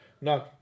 No